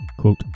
Quote